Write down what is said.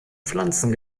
pflanzen